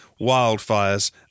wildfires